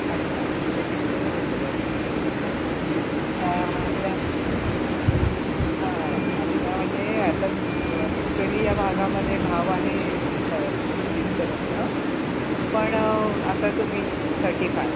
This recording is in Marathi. अच्छा म्हणजे तिथपासूनच सुरुवात करायची का आपल्या हां हां आत्ता म्हणजे आता ॲक्च्युअली या भागामध्ये भाव आहे पस्तीसपर्यंत पण आता तुमी थर्टी फाय